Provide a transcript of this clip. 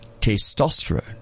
Testosterone